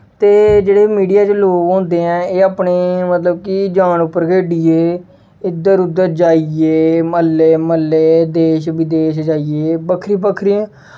ते जेह्ड़े मीडिया च लोग होंदे ऐ एह् अपने मतलब कि जान उप्पर खेढियै इद्धर उद्धर जाइयै म्हल्ले म्हल्ले देश विदेश जाइयै बक्खरी बक्खरियें